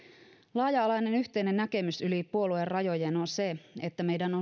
laaja alainen yhteinen näkemys yli puoluerajojen on se että meidän